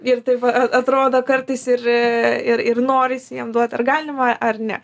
ir taip a atrodo kartais ir ir ir norisi jiem duot ar galima ar ne